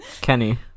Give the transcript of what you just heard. Kenny